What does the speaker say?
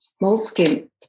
moleskin